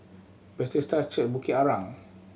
Bethesda Church Bukit Arang